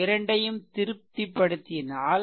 இரண்டையும் திருப்திப்படுத்தினால்